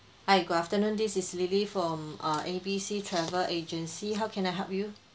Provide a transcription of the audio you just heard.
hi good afternoon this is lily from err A B C travel agency how can I help you